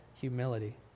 humility